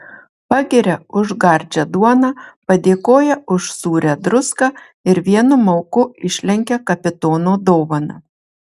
pagiria už gardžią duoną padėkoja už sūrią druską ir vienu mauku išlenkia kapitono dovaną